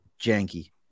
janky